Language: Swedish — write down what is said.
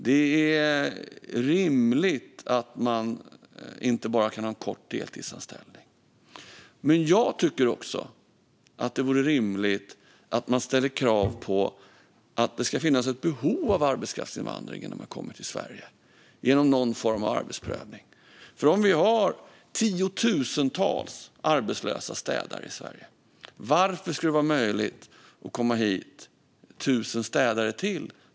Det är rimligt att man inte kan ha bara en kort deltidsanställning. Jag tycker dock att det även vore rimligt att ställa kravet att det ska finnas ett behov av arbetskraftsinvandring innan människor kommer till Sverige, genom någon form av arbetsprövning. Om vi har tiotusentals arbetslösa städare i Sverige, varför ska det då vara möjligt att ta hit tusen städare till?